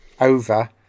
over